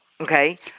okay